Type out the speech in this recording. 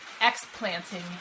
ex-planting